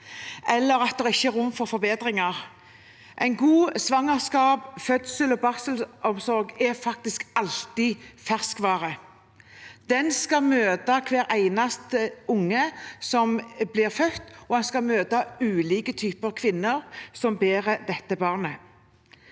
eller at det ikke er rom for forbedringer. En god svangerskaps-, fødsels- og barselomsorg er faktisk alltid ferskvare. Den skal møte hver eneste unge som blir født, og den skal møte ulike typer kvinner som bærer et barn.